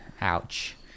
ouch